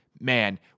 Man